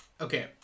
Okay